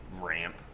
ramp